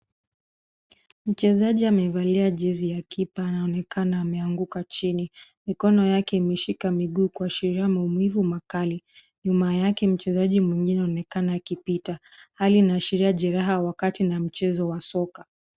Mchezaji amevalia jezi ya kipa anaonekana ameanguka chini. Mikono yake imeshika miguu kuashiria maumivu makali. Nyuma yake mchezaji mwengine anaonekana akipita. Hali inaashiria jeraha wakati na mchezo wa soka.